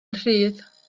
rhydd